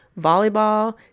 volleyball